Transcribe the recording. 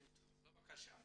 בבקשה.